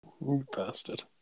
bastard